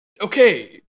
Okay